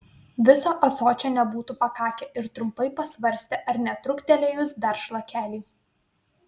viso ąsočio nebūtų pakakę ir trumpai pasvarstė ar netrūktelėjus dar šlakelį